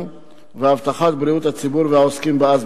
ולהבטחת בריאות הציבור והעוסקים באזבסט.